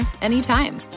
anytime